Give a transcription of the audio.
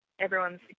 everyone's